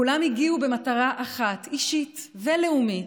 כולם הגיעו במטרה אחת, אישית ולאומית: